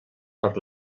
per